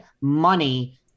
money